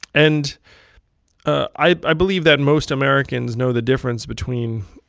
and i believe that most americans know the difference between,